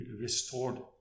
restored